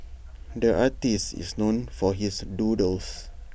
the artist is known for his doodles